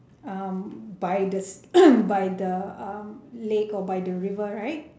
um by the by the um lake or by the river right